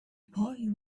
boy